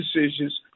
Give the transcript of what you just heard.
decisions